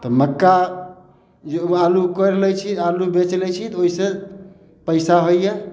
तऽ मक्का जे आलू कोरि लै छी आलू बेच लै छी तऽ ओहिसऽ पैसा होइया